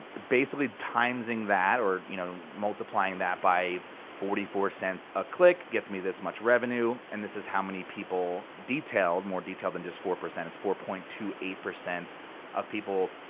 basically timesing that, or you know multiplying that by forty four cents a click gets me this much revenue. and this is how many people, detailed, more detail than just four percent. it's four point two eight of people,